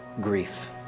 grief